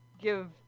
give